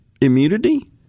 immunity